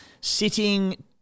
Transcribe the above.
Sitting